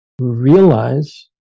Realize